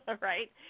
right